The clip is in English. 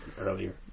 earlier